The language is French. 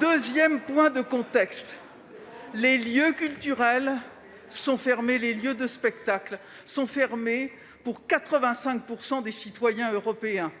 Deuxièmement, les lieux culturels et les lieux de spectacle sont fermés pour 85 % des citoyens européens